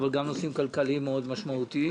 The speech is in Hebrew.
אבל גם בנושאים כלכליים מאוד משמעותיים.